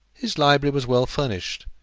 his library was well furnished,